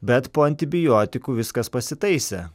bet po antibiotikų viskas pasitaisė